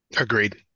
Agreed